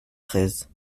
treize